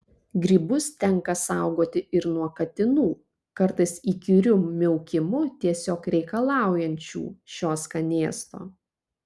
grybus tenka saugoti ir nuo katinų kartais įkyriu miaukimu tiesiog reikalaujančių šio skanėsto